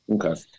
Okay